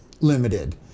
limited